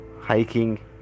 hiking